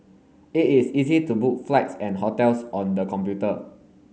it is easy to book flights and hotels on the computer